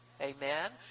amen